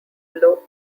low